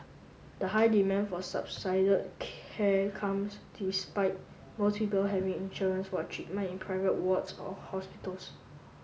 the high demand for care comes despite most people having insurance for treatment in private wards or hospitals